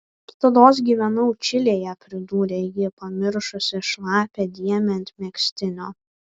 kitados gyvenau čilėje pridūrė ji pamiršusi šlapią dėmę ant megztinio